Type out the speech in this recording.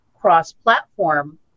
cross-platform